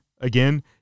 Again